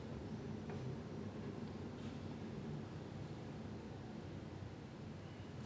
so like இதுவரைக்கும்:ithuvaraikkum meritocracy or and democracy இந்த மாரி:intha maari policies பத்திலா நா கொஞ்சோ:pathilaa naa konjo research பண்ணிருக்க:pannirukka